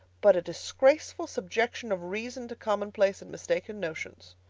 but a disgraceful subjection of reason to common-place and mistaken notions.